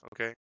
Okay